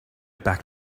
back